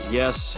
yes